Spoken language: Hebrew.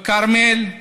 בכרמיאל,